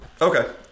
okay